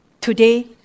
Today